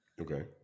Okay